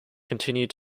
continued